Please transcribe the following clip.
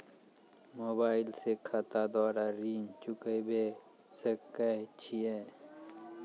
Mobile से खाता द्वारा ऋण चुकाबै सकय छियै?